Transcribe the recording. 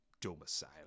domicile